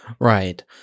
Right